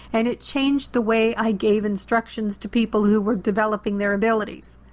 and it changed the way i gave instructions to people who were developing their abilities.